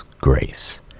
Grace